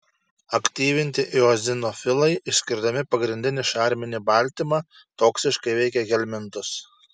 aktyvinti eozinofilai išskirdami pagrindinį šarminį baltymą toksiškai veikia helmintus